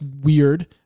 weird